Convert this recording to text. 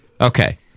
Okay